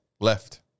left